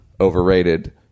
overrated